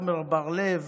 עמר בר לב,